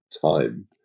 time